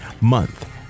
Month